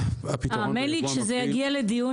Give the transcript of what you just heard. תאמין לי שכשזה יגיע לדיון